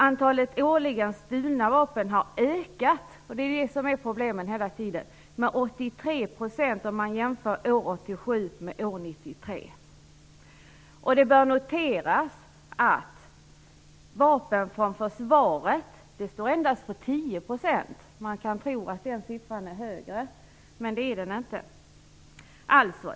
Antalet årligen stulna vapen - och det är ju det som är problemet - har ökat med 83 % om man jämför år 1987 med år 1993. Det bör noteras att vapen från försvaret endast står för 10 %. Man kan tro att den siffran är högre, men det är den inte.